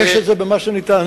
זה ישנו במס שניתן.